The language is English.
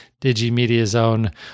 DigiMediaZone